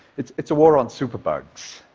it's it's a war on superbugs.